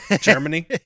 Germany